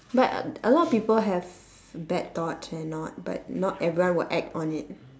but a lot of people have bad thoughts and all but not everyone will act on it